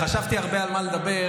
חשבתי הרבה על מה לדבר,